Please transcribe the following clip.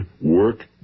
work